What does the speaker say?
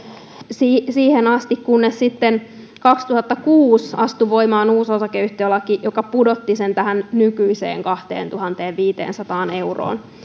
siihen siihen asti kunnes sitten vuonna kaksituhattakuusi astui voimaan uusi osakeyhtiölaki joka pudotti sen tähän nykyiseen kahteentuhanteenviiteensataan euroon